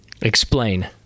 Explain